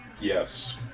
Yes